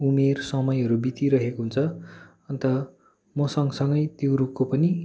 उमेर समयहरू बितिरहेको हुन्छ अन्त म सँग सँगै त्यो रुखको पनि